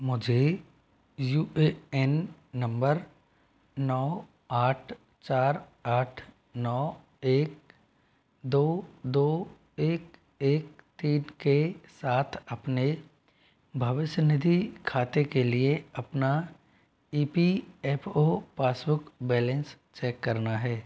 मुझे U A N number नौ आठ चार आठ नौ एक दो दो एक एक तीन के साथ अपने भविष्य निधि खाते के लिए अपना E P F O passbook balance check करना है